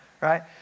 right